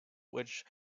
which